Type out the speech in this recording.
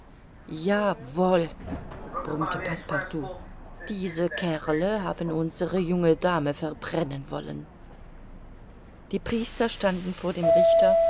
wohl brummte passepartout diese kerle haben unsere junge dame verbrennen wollen die priester standen vor dem richter